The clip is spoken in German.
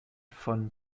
von